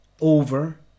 over